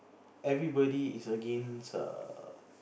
everybody is against err